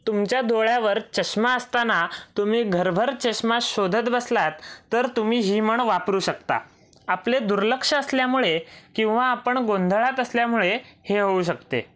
तुमच्या डोळ्यावर चष्मा असताना तुम्ही घरभर चष्मा शोधत बसलात तर तुम्ही ही म्हण वापरू शकता आपले दुर्लक्ष असल्यामुळे किंवा आपण गोंधळात असल्यामुळे हे होऊ शकते